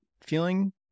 feeling